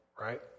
right